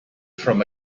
from